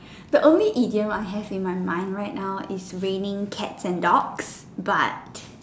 the only idiom I have in my mind right now is raining cat and dog but